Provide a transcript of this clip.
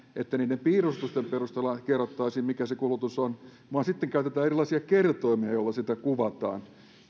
että niiden piirustusten perusteella kerrottaisiin mikä se kulutus on mutta sitten käytetään erilaisia kertoimia joilla sitä kuvataan